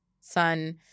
son